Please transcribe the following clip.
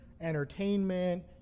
entertainment